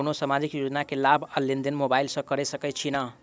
कोनो सामाजिक योजना केँ लाभ आ लेनदेन मोबाइल सँ कैर सकै छिःना?